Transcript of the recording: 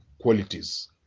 qualities